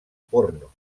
porno